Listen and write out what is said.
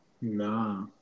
Nah